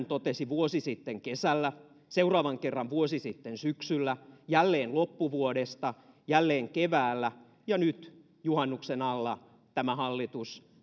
totesi vuosi sitten kesällä seuraavan kerran vuosi sitten syksyllä jälleen loppuvuodesta jälleen keväällä ja nyt juhannuksen alla tämä hallitus